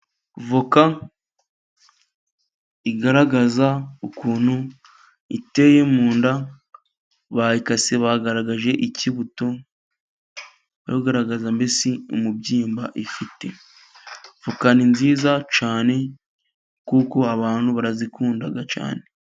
Voka igaragaza ukuntu iteye mu nda bayikase bagaragaje iki buto, bagaragaza mbese umubyimba ifite. Avoka ni nziza cyane kuko abantu barazikunda cyane.